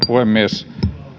puhemies